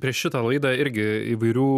prieš šitą laidą irgi įvairių